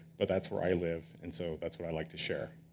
but that's where i live, and so that's what i like to share.